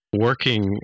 working